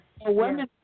Women